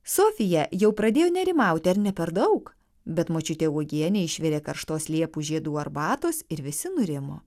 sofija jau pradėjo nerimauti ar ne per daug bet močiutė uogienė išvirė karštos liepų žiedų arbatos ir visi nurimo